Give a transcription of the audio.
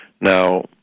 Now